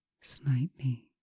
slightly